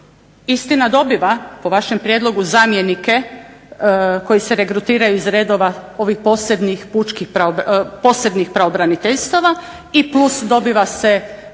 istina dobiva po vašem prijedlogu zamjenike koji se regrutiraju iz redova ovih posebnih pučkih, posebnih pravobraniteljstava i plus dobiva se